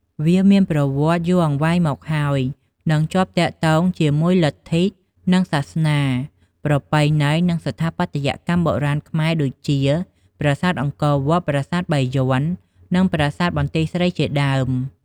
វាមានប្រវត្តិយូរអង្វែងមកហើយ និងជាប់ទាក់ទងជាមួយលទ្ធិនឹងសាសនា ប្រពៃណី និងស្ថាបត្យកម្មបុរាណខ្មែរដូចជា ប្រាសាទអង្គរវត្ត ប្រាសាទបាយ័ន និងប្រាសាទបន្ទាយស្រី ជាដើម។